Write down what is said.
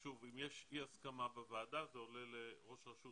שוב, אם יש אי הסכמה בוועדה זה עולה לראש רשות